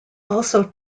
also